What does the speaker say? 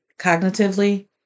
cognitively